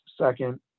second